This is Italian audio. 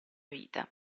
vita